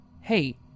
Hey